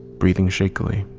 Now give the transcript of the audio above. breathing shakily,